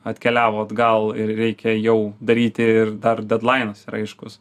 atkeliavo atgal ir reikia jau daryti ir dar dedlainas yra aiškus